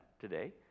today